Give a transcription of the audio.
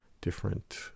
different